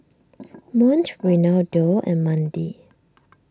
Mont Reynaldo and Mandie